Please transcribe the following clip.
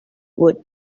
would